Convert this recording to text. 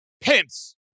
pimps